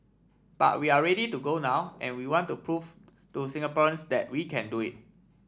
but we are ready to go now and we want to prove to Singaporeans that we can do it